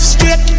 Straight